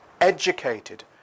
educated